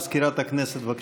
מזכירת הכנסת, בבקשה.